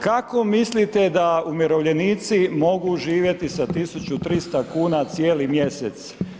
Kako mislite da umirovljenici mogu živjeti za 1300 kn cijeli mjesec?